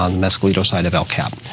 um mesolito side of el cap,